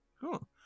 cool